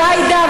את עאידה,